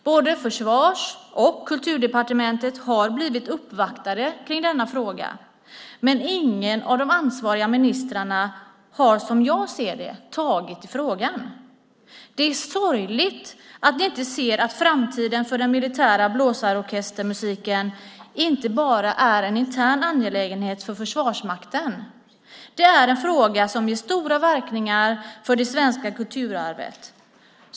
Både Försvarsdepartementet och Kulturdepartementet har blivit uppvaktade i denna fråga, men ingen av de ansvariga ministrarna har som jag ser det tagit i frågan. Det är sorgligt att ni inte ser att framtiden för den militära blåsorkestermusiken inte bara är en intern angelägenhet för Försvarsmakten utan också en fråga som får stora återverkningar på det svenska kulturarvet.